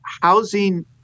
housing